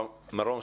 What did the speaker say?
מירום,